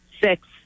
six